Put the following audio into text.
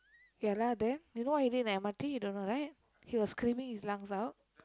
ya lah then you know what he did in the M_R_T you don't know right he was screaming his lungs out